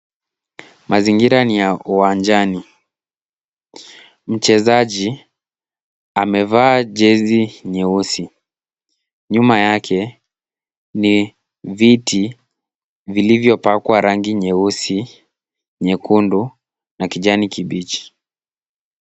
Mazingira ni ya uwanjani. Mchezaji amevaa jezi nyeusi. Nyuma yake ni viti vilivyopakwa rangi nyeusi, nyekundu na kijani kibichi.